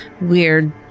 weird